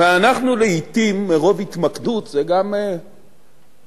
ואנחנו לעתים, מרוב התמקדות, זו גם נטייה